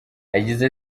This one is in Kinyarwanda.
yagize